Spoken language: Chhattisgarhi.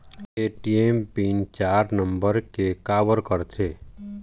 ए.टी.एम पिन चार नंबर के काबर करथे?